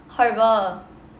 horrible